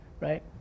right